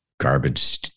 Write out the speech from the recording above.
garbage